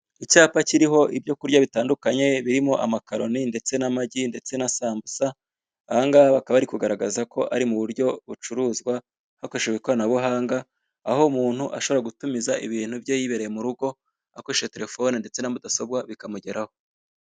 Icyapa kiriho ibyo kurya bitandukanye birimo amakaroni ndetse n'amagi ndetse na sambusa ahangaha bakaba bari kugaragaza ko ari mu buryo bucuruzwa bakoreshejwe ikoranabuhanga aho umuntu ashobora gutumiza ibintu bye yibereye mu rugo hakoreshejwe telefone ndetse na mudasobwa bikamugeraho.